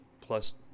plus